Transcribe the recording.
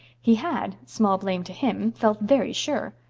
he had small blame to him felt very sure.